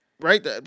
Right